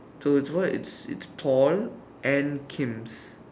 so it's why it's it's Paul and Kim's